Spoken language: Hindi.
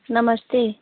नमस्ते